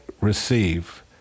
receive